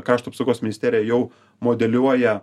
krašto apsaugos ministerija jau modeliuoja